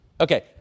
Okay